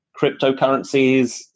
cryptocurrencies